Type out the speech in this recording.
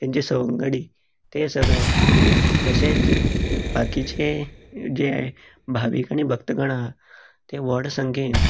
तेंचे सवंगडी ते सगळे तशेंच बाकीचे जे भावीक आनी भक्तगण आहा ते व्हड संख्येन